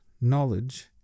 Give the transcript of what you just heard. knowledge